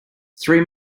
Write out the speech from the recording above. three